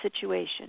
situation